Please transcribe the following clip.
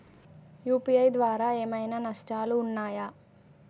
UPI ద్వారా ఏమైనా నష్టాలు ఉన్నయా?